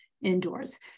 indoors